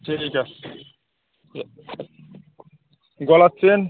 ঠিক আছে গলার চেন